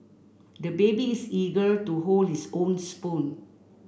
the baby is eager to hold his own spoon